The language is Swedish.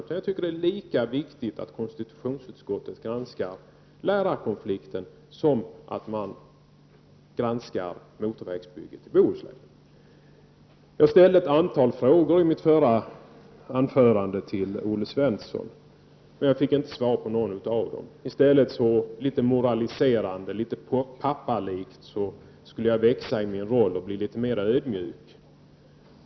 Jag tycker att det är lika viktigt att konstitutionsutskottet granskar lärarkonflikten som att man granskar motorvägsbygget i Bohuslän. Jag ställde ett antal frågor till Olle Svensson i mitt förra anförande. Jag fick inte svar på någon av dem. I stället fick jag litet moraliserande, litet pappalikt höra att jag skulle växa i min roll och bli litet mer ödmjuk.